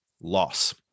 loss